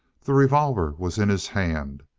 the revolver was in his hand,